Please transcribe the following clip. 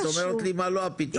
את אומרת לי מה לא הפתרון.